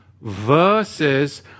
versus